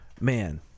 Man